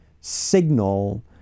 signal